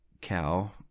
cow